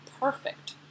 perfect